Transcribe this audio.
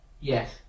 Yes